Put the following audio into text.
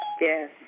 Yes